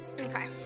Okay